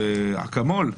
זה אקמול.